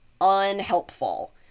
unhelpful